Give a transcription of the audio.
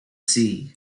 sea